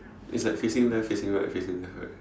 it's like facing left facing right facing left right